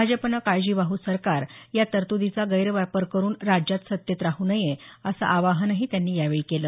भाजपनं काळजीवाह सरकार या तरतुदीचा गैरवापर करून राज्यात सत्तेत राह नये असं आवाहनही त्यांनी यावेळी केलं